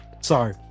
sorry